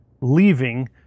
leaving